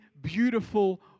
beautiful